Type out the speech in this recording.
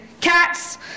cats